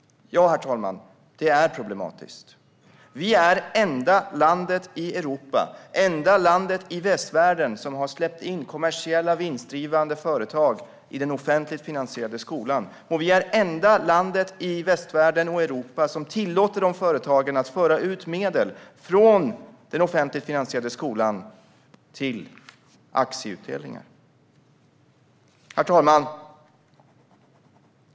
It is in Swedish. Ja, herr talman, det är problematiskt. Vi är det enda landet i Europa och västvärlden som har släppt in kommersiella, vinstdrivande företag i den offentligt finansierade skolan. Vi är det enda landet i västvärlden och Europa som tillåter företagen att föra ut medel från den offentligt finansierade skolan till aktieutdelningar. Herr talman!